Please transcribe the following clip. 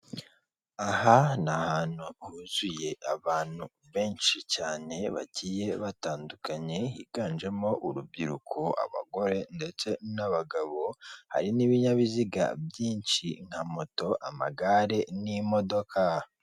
Aha ni ahantu huzuye abantu benshi cyane bagiye batandukanye, higanjemo urubyiruko ,abagore, ndetse n'abagabo, hari n'ibinyabiziga byinshi nka moto, amagare n'imodoka.